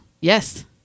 Yes